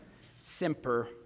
simper